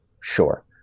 Sure